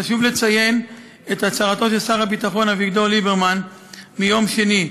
חשוב לציין את הצהרתו של שר הביטחון אביגדור ליברמן מיום שני,